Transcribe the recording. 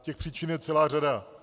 Těch příčin je celá řada.